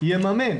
יממן